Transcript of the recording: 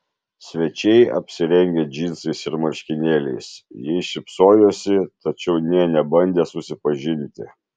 svečiai apsirengę džinsais ir marškinėliais jai šypsojosi tačiau nė nebandė susipažinti